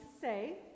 say